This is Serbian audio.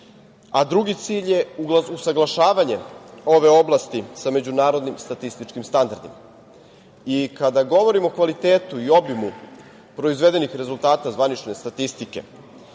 a drugi cilj je usaglašavanje ove oblasti sa međunarodnim statističkim standardima. Kada govorimo o kvalitetu i obimu proizvedenih rezultata zvanične statistike